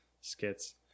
skits